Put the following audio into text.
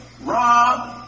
rob